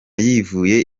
yivuye